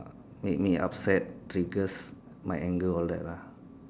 make me upset triggers my anger all that lah